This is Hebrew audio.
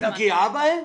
היא פגיעה בהם?